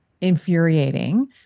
infuriating